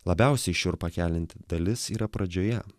labiausiai šiurpą kelianti dalis yra pradžioje